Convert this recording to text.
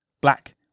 black